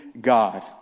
God